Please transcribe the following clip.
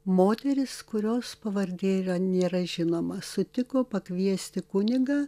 moteris kurios pavardė yra nėra žinoma sutiko pakviesti kunigą